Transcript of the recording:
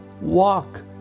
walk